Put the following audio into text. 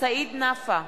סעיד נפאע,